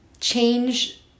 change